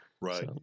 Right